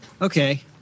Okay